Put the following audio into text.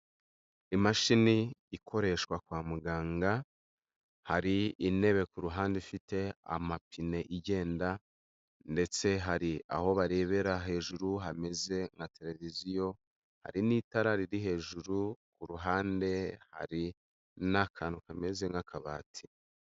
Imashini ikoreshwa kwa muganga, hari intebe ku ruhande ifite amapine igenda ndetse hari aho barebera hejuru hameze nka tereviziyo, hari n'itara riri hejuru, ku ruhande hari n'akantu kameze nk'akabati.